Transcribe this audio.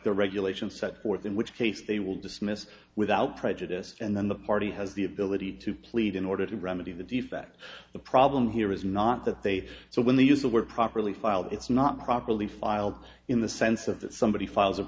the regulation set forth in which case they will dismiss without prejudice and then the party has the ability to plead in order to remedy the defect the problem here is not that they so when they use the word properly filed it's not properly filed in the sense of that somebody files